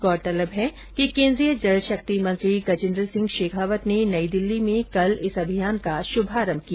गौरतलब है कि कोन्द्रीय जल शक्ति मंत्री गजेंद्र सिंह शेखावत ने नई दिल्ली में इस अभियान का शुभारंभ किया